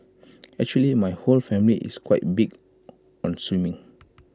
actually my whole family is quite big on swimming